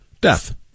Death